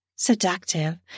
Seductive